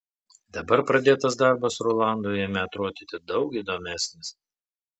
dabar pradėtas darbas rolandui ėmė atrodyti daug įdomesnis